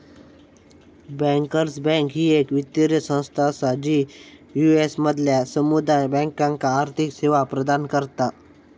bankers bank ही येक वित्तीय संस्था असा जी यू.एस मधल्या समुदाय बँकांका आर्थिक सेवा प्रदान करता